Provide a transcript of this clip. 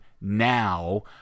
now